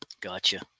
Gotcha